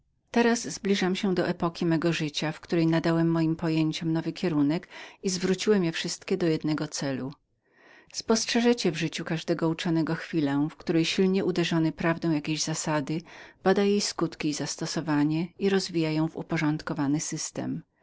teraz zbliżam się do epoki mego życia w której nowym kierunkiem puściłem moje pojęcia i zwróciłem je wszystkie do jednego celu spostrzeżecie w życiu każdego uczonego chwilę w której silnie uderzony prawdą jakiejś zasady oczekuje jej skutków i zastosowań i rozwija